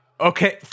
okay